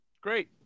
Great